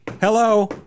Hello